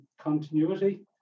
continuity